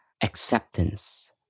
acceptance